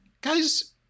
guys